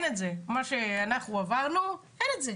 מה שאנחנו עברנו אין את זה.